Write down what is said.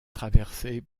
traversée